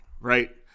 Right